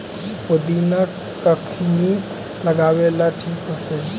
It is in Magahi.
पुदिना कखिनी लगावेला ठिक होतइ?